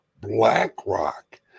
BlackRock